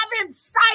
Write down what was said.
inside